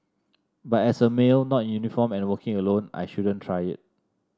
but as a male not in uniform and working alone I shouldn't try it